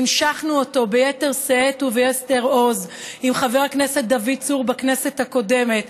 והמשכנו אותו ביתר שאת וביתר עוז עם חבר הכנסת דוד צור בכנסת הקודמת,